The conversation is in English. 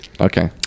Okay